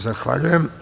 Zahvaljujem.